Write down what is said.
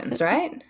right